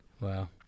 Wow